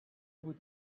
hood